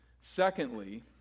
Secondly